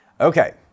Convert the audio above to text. Okay